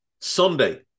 Sunday